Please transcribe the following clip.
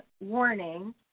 warning